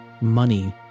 money